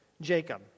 Jacob